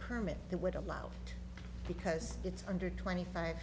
permit that would allow because it's under twenty five